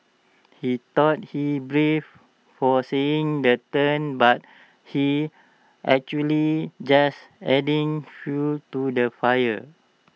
he thought he's brave for saying the but he's actually just adding fuel to the fire